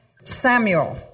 Samuel